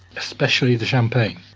especially the champagne.